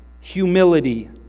humility